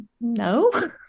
no